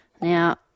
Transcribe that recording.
Now